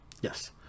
yes